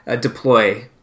deploy